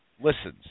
listens